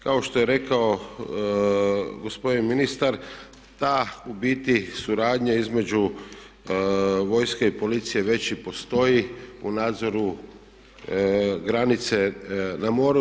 Kao što je rekao gospodin ministar ta u biti suradnja između vojske i policije već i postoji u nadzoru granice na moru.